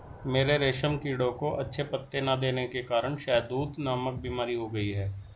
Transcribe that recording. मेरे रेशम कीड़ों को अच्छे पत्ते ना देने के कारण शहदूत नामक बीमारी हो गई है